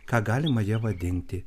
ką galima ja vadinti